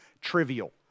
trivial